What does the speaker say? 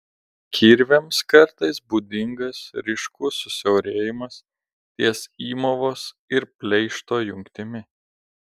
kirviams kartais būdingas ryškus susiaurėjimas ties įmovos ir pleišto jungtimi